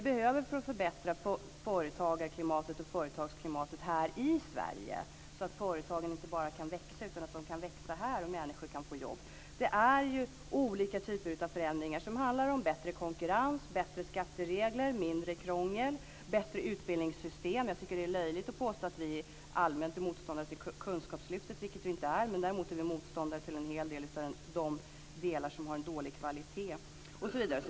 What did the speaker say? För att förbättra företagsklimatet här i Sverige, så att företagen inte bara kan växa utan också växa här och så att människor kan få jobb, behöver vi olika typer av förändringar. Det handlar om bättre konkurrens, bättre skatteregler, mindre krångel, bättre utbildningssystem. Jag tycker att det är löjligt att påstå att vi allmänt är motståndare till Kunskapslyftet. Det är vi inte. Däremot är vi motståndare till en hel del av de delar som har dålig kvalitet.